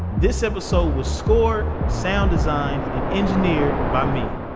this episode was scored sound designed and engineered by me,